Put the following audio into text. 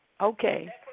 Okay